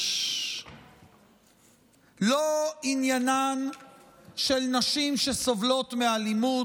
לא עניינן של נשים שסובלות מאלימות,